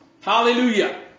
Hallelujah